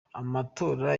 amatora